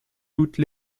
toutes